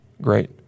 Great